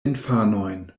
infanojn